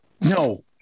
no